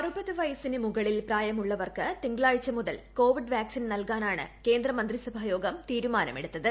അറുപത് വയസിന് മുകളിൽ പ്ര്യായമുള്ളവർക്ക് തിങ്കളാഴ്ച മുതൽ കോവിഡ് വാക്സിൻ നൽക്ട്നൂറ്റുണ് കേന്ദ്ര മന്ത്രിസഭായോഗം തീരുമാനമെടുത്തത്